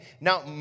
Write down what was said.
now